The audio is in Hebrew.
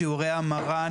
שיעורי המרה,